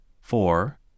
four